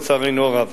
לצערנו הרב,